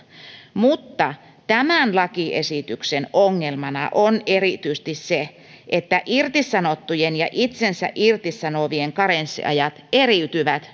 mutta tämän lakiesityksen ongelmana on erityisesti se että irtisanottujen ja itsensä irtisanovien karenssiajat eriytyvät